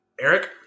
Eric